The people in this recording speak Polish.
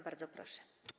Bardzo proszę.